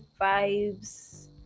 vibes